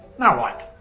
now what?